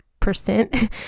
percent